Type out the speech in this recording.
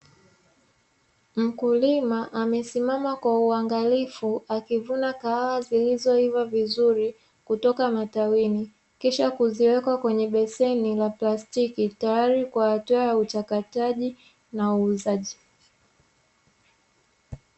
Mkulima amesimama kwa uangalifu akivuna kahawa zilizoiva vizuri kutoka matawini, kisha kuziweka kwenye beseni la plastiki tayari kwa hatua ya uchakataji na uuzaji.